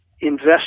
Invest